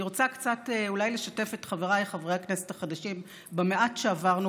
אני רוצה אולי קצת לשתף את חבריי חברי הכנסת החדשים במעט שעברנו